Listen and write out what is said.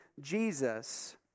Jesus